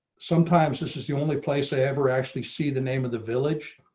sometimes this is the only place i ever actually see the name of the village.